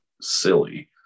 silly